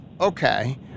okay